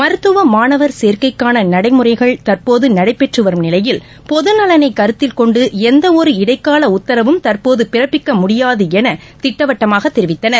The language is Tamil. மருத்துவ மாணவர் சேர்க்கைக்கான நடைமுறைகள் தற்போது நடைபெற்று வரும் நிலையில் பொதுநலனை கருத்தில்கொண்டு எந்தவொரு இடைக்கால உத்தரவும் தற்போது பிறப்பிக்க முடியாது என திட்டவட்டமாக தெரிவித்தனர்